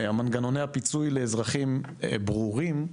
מנגנוני הפיצוי לאזרחים ברורים,